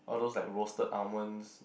all those like roasted almonds